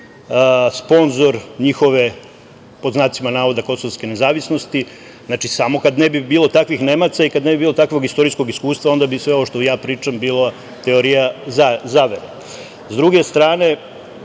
sponzor njihove pod znacima navoda kosovske nezavisnosti, znači samo kad ne bi bilo takvih Nemaca i kad ne bi bilo takvog istorijskog iskustva onda bi sve ovo što ja pričam bilo teorija zavere.S